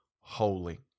holy